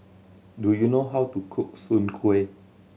do you know how to cook Soon Kuih